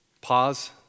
Pause